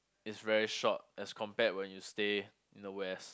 is very short as compared when you stay in the west